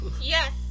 Yes